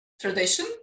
tradition